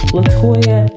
Latoya